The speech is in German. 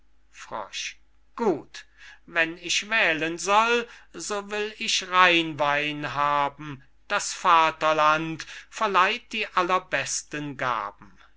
gut wenn ich wählen soll so will ich rheinwein haben das vaterland verleiht die allerbesten gaben